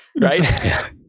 Right